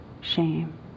shame